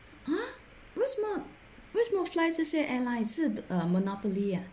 ah 为什么为什么 fly 这些 airline 是 uh monopoly ah